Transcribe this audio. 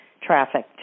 traffic